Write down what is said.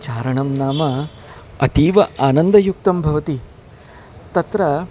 चारणं नाम अतीव आनन्दयुक्तं भवति तत्र